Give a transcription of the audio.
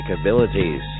abilities